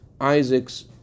Isaac's